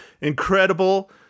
incredible